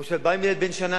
או שאת באה עם ילד בן שנה,